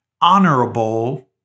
honorable